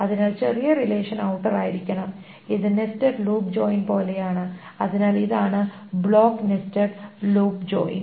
അതിനാൽ ചെറിയ relation outer ആയിരിക്കണം ഇത് നെസ്റ്റഡ് ലൂപ്പ് ജോയിൻ പോലെയാണ് അതിനാൽ ഇതാണ് ബ്ലോക്ക് നെസ്റ്റഡ് ലൂപ്പ് ജോയിൻ